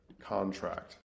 Contract